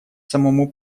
самому